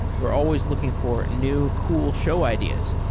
we're always looking for new cool show ideas,